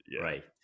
Right